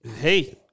hey